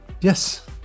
yes